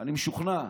אני משוכנע,